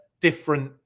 different